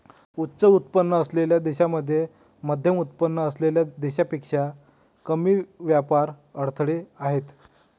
उच्च उत्पन्न असलेल्या देशांमध्ये मध्यमउत्पन्न असलेल्या देशांपेक्षा कमी व्यापार अडथळे आहेत